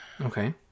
Okay